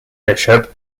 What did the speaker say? bishop